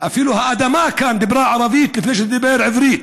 אפילו האדמה כאן דיברה ערבית לפני שדיברה עברית.